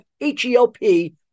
H-E-L-P